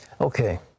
Okay